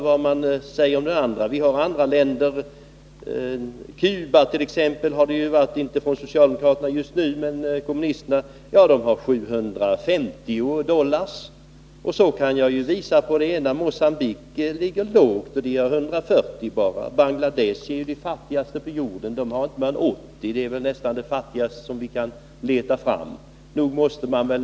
Cuba som det har funnits förslag om, inte från socialdemokraterna just nu men från kommunisterna, har 750. Mogambique ligger lågt, bara 140 dollar. Bangladesh, 80 dollar, är väl det fattigaste vi kan leta fram.